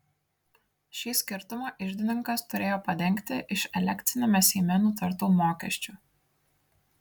šį skirtumą iždininkas turėjo padengti iš elekciniame seime nutartų mokesčių